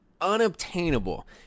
unobtainable